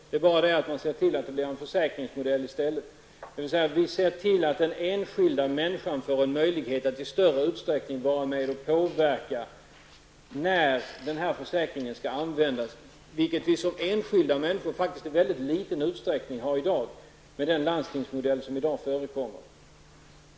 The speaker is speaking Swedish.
Den enda skillnaden är att man ser till att det blir en försäkringsmodell i stället, dvs. att vi ser till att den enskilda människan får en möjlighet att i större utsträckning vara med och påverka när denna försäkring skall användas, vilket vi som enskilda människor faktiskt i mycket liten utsträckning har i dag med den landstingsmodell som i dag förekommer.